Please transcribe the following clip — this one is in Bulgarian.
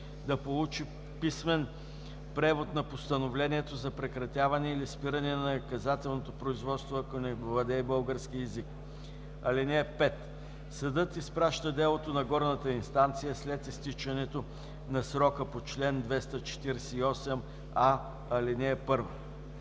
да получи писмен превод на постановлението за прекратяване или спиране на наказателното производство, ако не владее български език. (5) Съдът изпраща делото на горната инстанция след изтичането на срока по чл. 248а, ал. 1.“